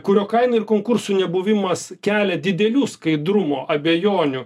kurio kainai ir konkursui nebuvimas kelia didelių skaidrumo abejonių